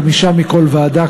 חמישה מכל ועדה,